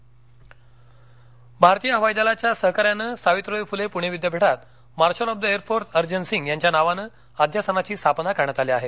voice cast intro भारतीय हवाई दलाच्या सहकार्यानं सावित्रीबाई फ्ले पूणे विद्यापीठात marshal of the air force Arjan Singh यांच्या नावानं अध्यासनाची स्थापना करण्यात आली आहे